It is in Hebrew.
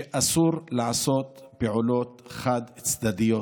שאסור לעשות פעולות חד-צדדיות,